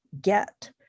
get